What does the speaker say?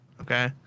okay